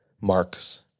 marks